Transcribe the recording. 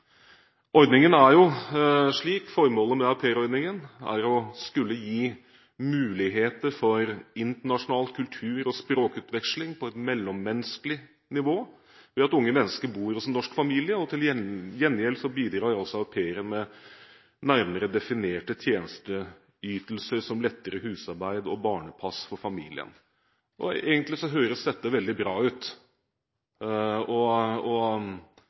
ordningen. Formålet med aupairordningen er å gi muligheter for internasjonal kultur- og språkutveksling på et mellommenneskelig nivå ved at unge mennesker bor hos en norsk familie. Til gjengjeld bidrar altså au pairen med nærmere definerte tjenesteytelser som lettere husarbeid og barnepass for familien. Egentlig høres dette veldig bra ut og